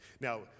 Now